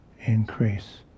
increase